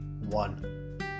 one